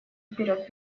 вперед